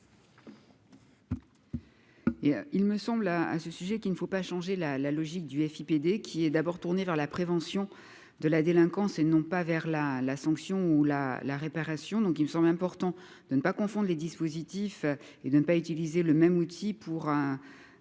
il me semble, à, à ce sujet qu'il ne faut pas changer la la logique du FIBD qui est d'abord tourné vers la prévention de la délinquance et non pas vers la la sanction ou la la réparation, donc il me semble important de ne pas confondre les dispositifs et de ne pas utiliser le même outil pour